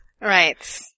Right